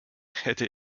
hätte